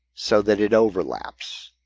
so that it overlaps.